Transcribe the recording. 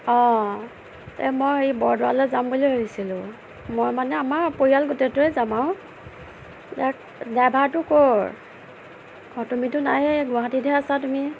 অঁ এই মই এই বৰদোৱালৈ যাম বুলি ভাবিছিলোঁ মই মানে আমাৰ পৰিয়াল গোটেইটোৱে যাম আৰু ডাই ড্ৰাইভাৰটো ক'ৰ অঁ তুমিটো নায়েই গুৱাহাটীতহে আছা তুমি